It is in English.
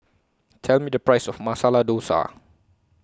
Tell Me The Price of Masala Dosa